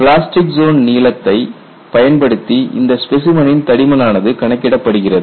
plastic zone நீளத்தை பயன்படுத்தி இந்த ஸ்பெசைமனின் தடிமன் ஆனது கணக்கிடப்படுகிறது